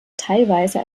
teilweise